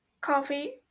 coffee